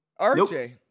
RJ